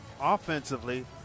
offensively